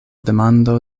demando